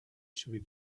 should